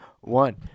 one